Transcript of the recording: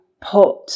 put